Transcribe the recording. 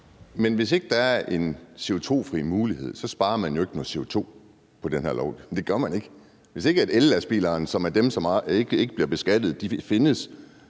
Men hvis ikke der er en CO2-fri mulighed, sparer man jo ikke noget CO2 med den her lov. Det gør man ikke. Hvis ikke ellastbilerne, som er dem, som ikke bliver beskattet, findes,